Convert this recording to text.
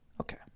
Okay